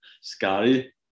Scotty